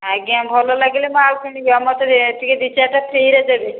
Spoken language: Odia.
ଆଜ୍ଞା ଭଲ ଲାଗିଲେ ମୁଁ ଆଉ କିଣିବି ଆଉ ମତେ ଦୁଇ ଚାରିଟା ଟିକେ ଫ୍ରୀରେ ଦେବେ